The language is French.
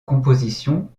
composition